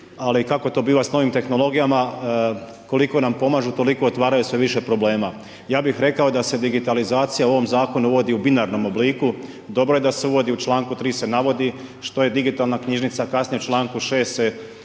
ali kako to biva s novim tehnologijama, koliko nam pomažu, toliko otvaraju sve vaš problema. Ja bih rekao da se digitalizacija u ovom zakonu uvodi i binarnom obliku, dobro je da se uvodi u čl. 3. se navodi, što je digitalna knjižnica, kasnije u čl. 6. se uvodi